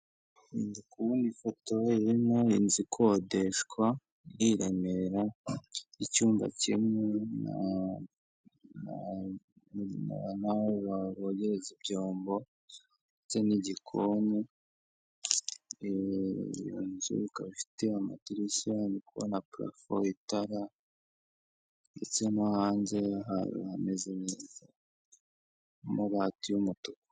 Ndikubona ifoto irimo inzu ikodeshwa iri i Remera, icyumba kirimo n'aho bogereza ibyombo ndetse n'igikoni, iyo nzu ikaba ifite amadirishya ndikubona parafo, itara ndetse no hanze hari ahameze neza hari amabati y'umutuku.